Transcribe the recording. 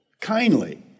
kindly